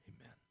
Amen